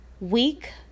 week